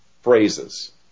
phrases